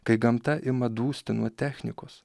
kai gamta ima dūsti nuo technikos